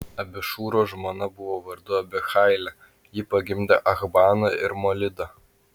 abišūro žmona buvo vardu abihailė ji pagimdė achbaną ir molidą